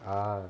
ah